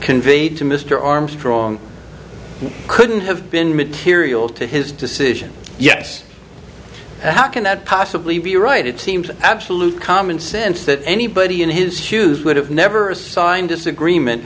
conveyed to mr armstrong couldn't have been material to his decision yes how can that possibly be right it seems absolute common sense that anybody in his shoes would have never signed disagreement